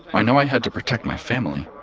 i know i had to protect my family.